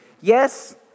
Yes